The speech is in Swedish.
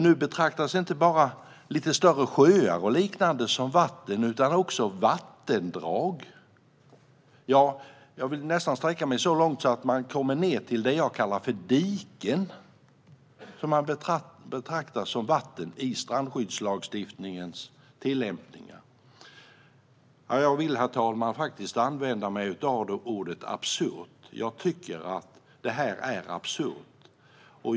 Nu betraktas inte bara lite större sjöar och liknande som vatten, utan också vattendrag. Ja, jag vill nästan sträcka mig så långt att jag säger att det jag kallar för diken betraktar man som vatten i strandskyddslagstiftningens tillämpningar. Jag vill, herr talman, faktiskt använda mig av ordet absurt. Jag tycker att detta är absurt.